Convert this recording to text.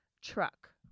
truck